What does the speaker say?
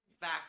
back